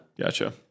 Gotcha